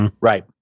right